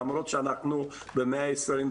למרות שאנחנו במאה ה-21.